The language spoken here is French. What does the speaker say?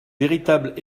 véritable